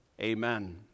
Amen